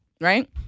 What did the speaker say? right